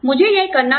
मुझे यह करना था